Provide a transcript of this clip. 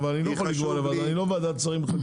אני לא ועדת שרים לחקיקה.